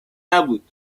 نبود